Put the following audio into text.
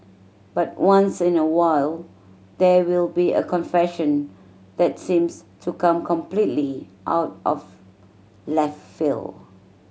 but once in a while there will be a confession that seems to come completely out of left field